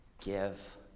give